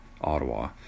Ottawa